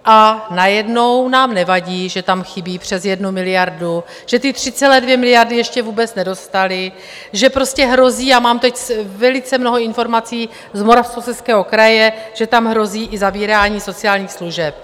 A najednou nám nevadí, že tam chybí přes jednu miliardu, že ty 3,2 miliardy ještě vůbec nedostali, že prostě hrozí, a mám teď velice mnoho informací z Moravskoslezského kraje, že tam hrozí i zavírání sociálních služeb.